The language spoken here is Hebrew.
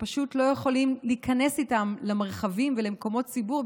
שפשוט לא יכולים להיכנס איתם למרחבים ולמקומות ציבור,